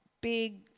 big